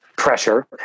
Pressure